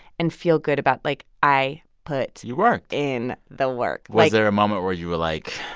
and feel good about, like, i put. you worked. in the work was there a moment where you were like,